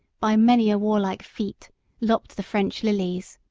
by many a warlike feat lopped the french lilies.